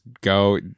go